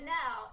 now